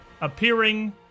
appearing